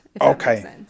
okay